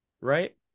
Right